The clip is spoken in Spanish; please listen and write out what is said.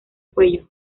cuello